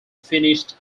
finished